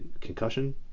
concussion